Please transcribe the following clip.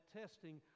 testing